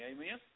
Amen